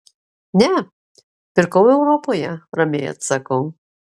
ne pirkau europoje ramiai atsakau